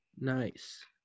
Nice